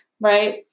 right